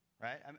right